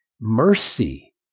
mercy